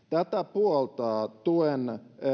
puoltaa tuen